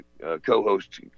co-host